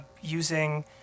using